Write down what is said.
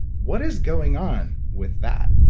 what is going on with that?